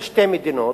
של שתי מדינות,